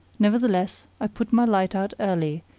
nevertheless, i put my light out early,